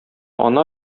ана